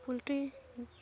poultry